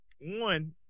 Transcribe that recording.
one